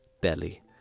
belly